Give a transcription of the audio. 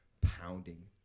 pounding